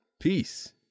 Peace